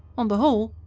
on the whole,